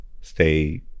stay